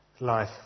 life